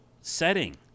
setting